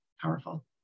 powerful